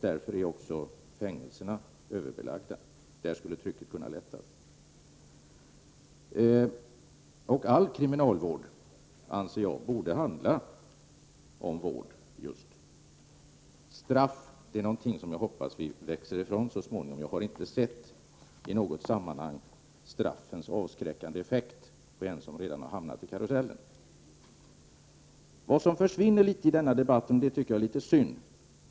Därför är också fängelserna överbelagda. Där skulle trycket kunna lättas. Jag anser att all kriminalvård borde handla om just vård. Straff är någonting som jag hoppas att vi växer ifrån så småningom. Jag har inte i något sammanhang sett att straffen har en avskräckande effekt på dem som redan har hamnat i karusellen. Jag tycker att det är litet synd att frågan om forskningen försvinner i denna debatt.